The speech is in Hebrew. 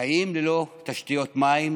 חיים ללא תשתיות מים,